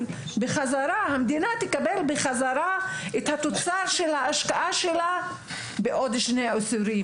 והמדינה תקבל בחזרה את התוצר של ההשקעה שלה בעוד שני עשורים